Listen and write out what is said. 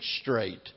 straight